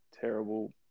terrible